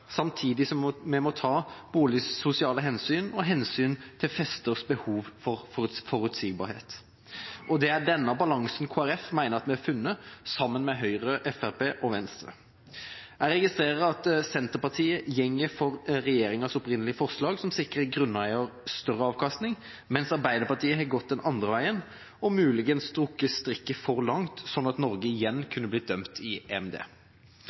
samtidig som vi må ta boligsosiale hensyn og hensyn til festers behov for forutsigbarhet. Det er denne balansen Kristelig Folkeparti mener vi har funnet sammen med Høyre, Fremskrittspartiet og Venstre. Jeg registrerer at Senterpartiet går for regjeringas opprinnelige forslag som sikrer grunneier større avkastning, mens Arbeiderpartiet har gått den andre veien og muligens strukket strikken for langt, slik at Norge igjen kunne bli dømt i EMD.